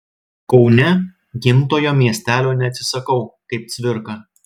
kaune gimtojo miestelio neatsisakau kaip cvirka